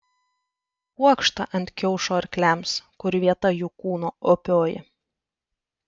kuokštą ant kiaušo arkliams kur vieta jų kūno opioji